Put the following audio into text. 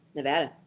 Nevada